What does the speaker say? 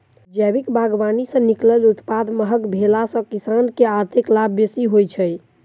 जैविक बागवानी सॅ निकलल उत्पाद महग भेला सॅ किसान के आर्थिक लाभ बेसी होइत छै